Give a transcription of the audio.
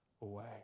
away